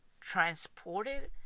transported